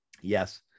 Yes